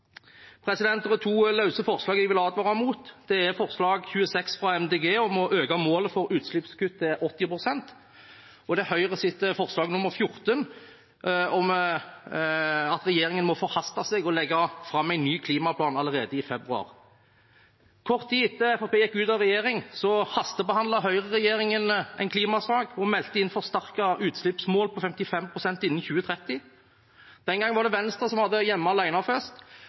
er to løse forslag jeg vil advare mot. Det er forslag nr. 26, fra Miljøpartiet De Grønne, om å øke målet for utslippskutt til 80 pst., og det er Høyre sitt forslag nr. 14, om at regjeringen må forhaste seg og legge fram en ny klimaplan allerede i februar. Kort tid etter at Fremskrittspartiet gikk ut av regjering, hastebehandlet Høyre-regjeringen en klimasak og meldte inn forsterkede utslippsmål på 55 pst. innen 2030. Den gang var det Venstre som hadde hjemme